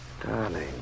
Darling